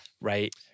Right